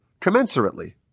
commensurately